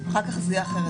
אחר כך זה יהיה אחרת,